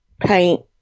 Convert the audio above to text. paint